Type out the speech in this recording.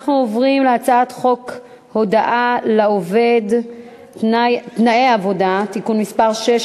אנחנו עוברים להצעת חוק הודעה לעובד (תנאי עבודה) (תיקון מס' 6),